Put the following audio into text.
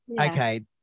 okay